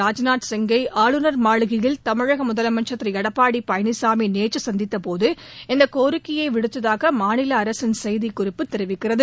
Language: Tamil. ராஜ்நாத் சிங்கை ஆளுநர் மாளிகையில் தமிழக முதலமைச்சர் திரு எடப்பாடி பழனிசாமி நேற்று சந்தித்தபோது இந்தக் கோரிக்கையை விடுத்ததாக மாநில அரசின் செய்திக்குறிப்பு தெரிவிக்கிறது